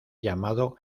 llamado